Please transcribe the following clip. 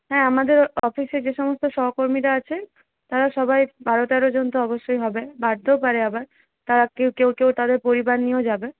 হ্যাঁ আমাদের অফিসে যে সমস্ত সহকর্মীরা আছে তারা সবাই বারো তেরোজন তো অবশ্যই হবে বাড়তেও পারে আবার তারা কেউ কেউ তাদের পরিবার নিয়েও যাবে